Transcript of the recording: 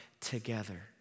together